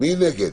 מי נגד?